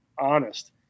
honest